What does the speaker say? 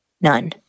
None